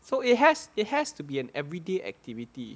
so it has it has to be an everyday activity